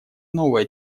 новые